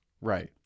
Right